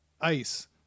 ice